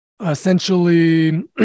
essentially